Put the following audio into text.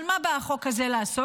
אבל מה בא החוק הזה לעשות?